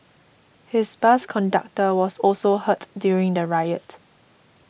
his bus conductor was also hurt during the riot